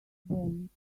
bonds